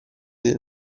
del